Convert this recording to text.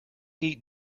eat